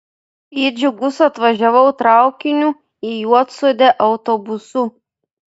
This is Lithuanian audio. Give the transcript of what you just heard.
į džiugus atvažiavau traukiniu į juodsodę autobusu